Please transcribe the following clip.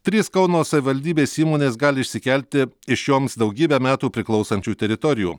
trys kauno savivaldybės įmonės gali išsikelti iš joms daugybę metų priklausančių teritorijų